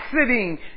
exiting